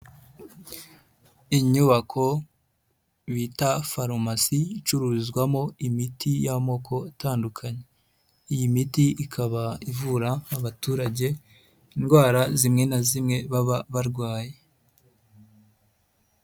Inyubako bita farumasi icururizwamo imiti y'amoko atandukanye iyi miti ikaba ivura abaturage indwara zimwe na zimwe baba barwaye.